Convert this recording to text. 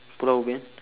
pulau ubin